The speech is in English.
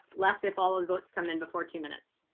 less if all of the votes come in before two minutes.